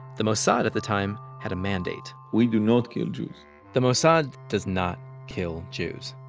the mossad at the time had a mandate we do not kill jews the mossad does not kill jews.